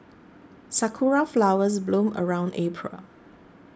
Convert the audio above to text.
sakura flowers bloom around April